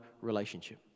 relationship